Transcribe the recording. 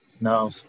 no